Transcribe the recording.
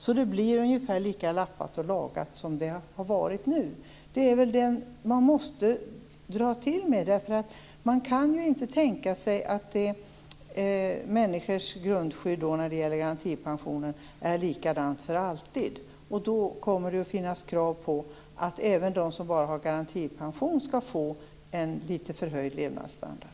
Då blir det ju ungefär lika lappat och lagat som det har varit nu. Det är väl det man måste dra till med. Man kan ju inte tänka sig att människors grundskydd när det gäller garantipensionen är likadant för alltid. Då kommer det ju att finnas krav på att även de som bara har garantipension skall få en litet förhöjd levnadsstandard.